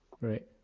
Right